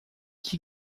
que